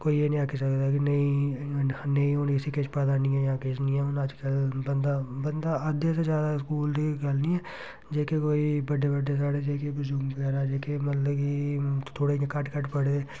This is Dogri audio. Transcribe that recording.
कोई एह् नी आक्खी सकदा कि नेईं नेईं हून इसी किश पता नी ऐ जां किश नी ऐ हून अज्जकल बंदा बंदा अद्धे शा ज्यादा स्कूल दी गल्ल नि ऐ जेह्के कोई बड्डे बड्डे साढ़े जेह्के बर्जुग बगैरा जेह्के मतलब कि थोह्ड़े इ'यां घट्ट घट्ट पढ़े दे